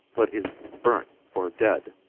but is burnt or dead.